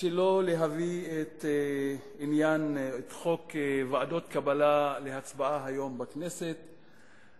שלא להביא את חוק ועדות קבלה להצבעה בכנסת היום.